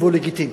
והוא לגיטימי.